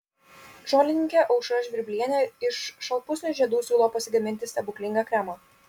žolininkė aušra žvirblienė iš šalpusnių žiedų siūlo pasigaminti stebuklingą kremą